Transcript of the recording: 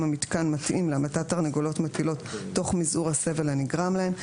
המיתקן מתאים להמתת תרנגולות מטילות תוך מזעור הסבל הנגרם להן.